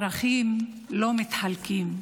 ערכים לא מתחלקים.